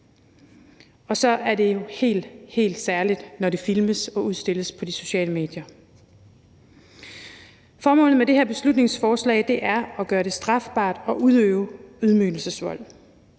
og så er det jo helt, helt særligt, når det filmes og udstilles på de sociale medier. Formålet med det her beslutningsforslag er at gøre det strafbart at udøve ydmygelsesvold,